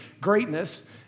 greatness